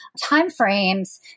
timeframes